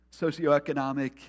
socioeconomic